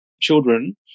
children